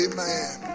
Amen